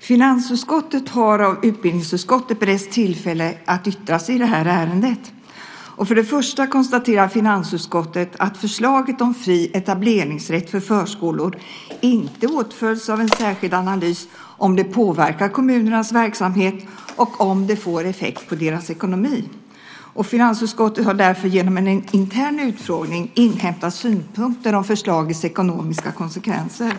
Finansutskottet har av utbildningsutskottet beretts tillfälle att yttra sig i detta ärende. Först och främst konstaterar finansutskottet att förslaget om fri etableringsrätt för förskolor inte åtföljs av en särskild analys om det påverkar kommunernas verksamhet och om det får effekt på deras ekonomi. Finansutskottet har därför genom en intern utfrågning inhämtat synpunkter om förslagets ekonomiska konsekvenser.